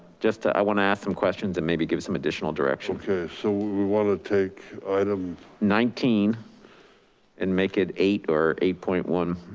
just, ah i wanna ask some questions and maybe give some additional direction. okay, so we wanna take item nineteen and make it eight or eight point one.